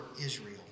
Israel